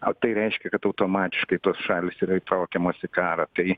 o tai reiškia kad automatiškai tos šalys yra įtraukiamos į karą tai